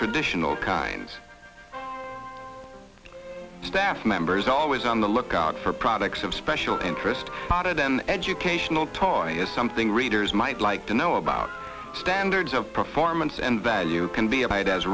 traditional kind of staff members always on the lookout for products of special interest dotted an educational toy is something readers might like to know about standards of performance and value can be a